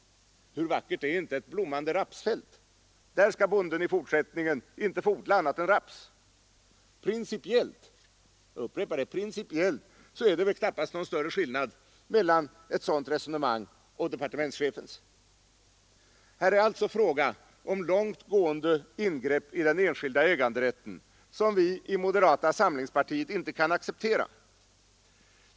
Hur vackert är inte ett blommande rapsfält! Där skall bonden i fortsättningen inte få odla annat än raps! Principiellt är det väl knappast någon större skillnad mellan ett sådant resonemang och departementschefens. Här är alltså fråga om långt gående ingrepp i den enskilda äganderätten som vi i moderata samlingspartiet inte kan acceptera.